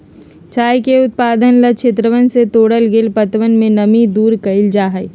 चाय के उत्पादन ला क्षेत्रवन से तोड़ल गैल पत्तवन से नमी के दूर कइल जाहई